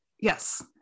yes